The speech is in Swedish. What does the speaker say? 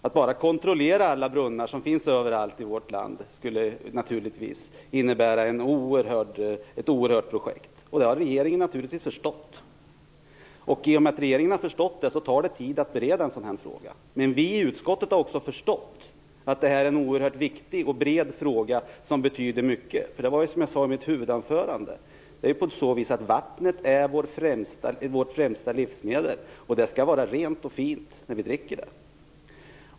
Att bara kontrollera alla brunnar som finns överallt i vårt land skulle naturligtvis innebära ett oerhört projekt, och det har regeringen naturligtvis förstått. I och med att regeringen har förstått det tar det tid att bereda frågan. Vi i utskottet har också förstått att det här är en oerhört viktig och bred fråga, som betyder mycket. Som jag sade i mitt anförande, är vattnet vårt främsta livsmedel, och det skall vara rent och fint när vi dricker det.